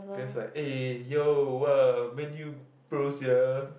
Glen is like eh yo !wah! Man-U pro sia